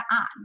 on